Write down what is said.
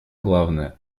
главное